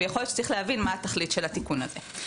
ויכול להיות שצריך להבין מה התכלית של התיקון הזה.